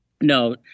No